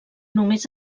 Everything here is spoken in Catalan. només